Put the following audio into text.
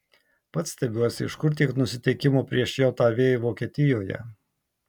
pats stebiuosi iš kur tiek nusiteikimo prieš jav vokietijoje